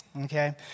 okay